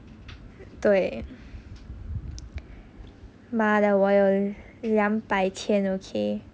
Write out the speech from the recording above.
对妈的我有两百千 okay